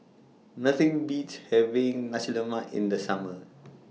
Nothing Beats having Nasi Lemak in The Summer